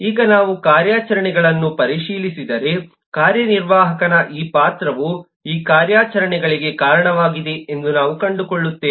ಈಗ ನಾವು ಕಾರ್ಯಾಚರಣೆಗಳನ್ನು ಪರಿಶೀಲಿಸಿದರೆ ಕಾರ್ಯನಿರ್ವಾಹಕನ ಈ ಪಾತ್ರವು ಈ ಕಾರ್ಯಾಚರಣೆಗಳಿಗೆ ಕಾರಣವಾಗಿದೆ ಎಂದು ನಾವು ಕಂಡುಕೊಳ್ಳುತ್ತೇವೆ